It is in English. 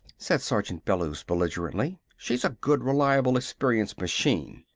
said sergeant bellews belligerently. she's a good, reliable, experienced machine!